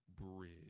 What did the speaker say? bridge